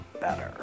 better